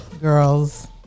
Girls